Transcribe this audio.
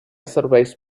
serveis